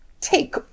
take